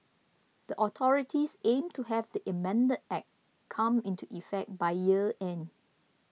the authorities aim to have the amended Act come into effect by year end